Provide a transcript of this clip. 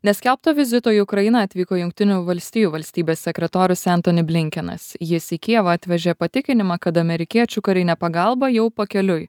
neskelbto vizito į ukrainą atvyko jungtinių valstijų valstybės sekretorius entoni blinkenas jis į kijevą atvežė patikinimą kad amerikiečių karinė pagalba jau pakeliui